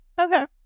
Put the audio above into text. Okay